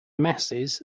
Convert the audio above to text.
masses